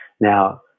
Now